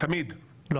לא